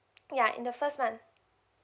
yeah in the first month